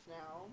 now